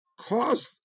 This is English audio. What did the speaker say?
caused